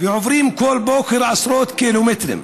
ועוברים בכל בוקר עשרות קילומטרים.